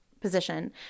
position